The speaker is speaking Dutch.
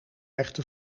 echte